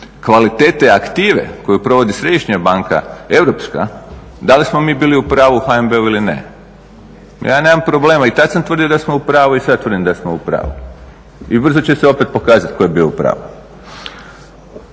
kvalitete aktive koju provodi Središnja banka europska da li smo mi bili u pravu u HNB-u ili ne. Ja nemam problema, i tad sam tvrdio da smo u pravu i sad tvrdim da smo u pravu. I ubrzo će se opet pokazati tko je bio u pravu.